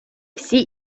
всі